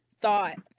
thought